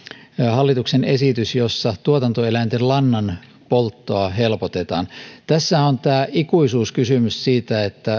hallituksen esitys jossa tuotantoeläinten lannan polttoa helpotetaan tässähän on tämä ikuisuuskysymys siitä että